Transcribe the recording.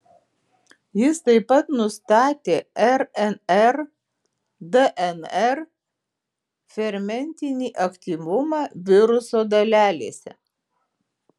jis taip pat nustatė rnr dnr fermentinį aktyvumą viruso dalelėse